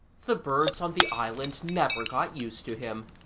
the birds on the island never got used to him.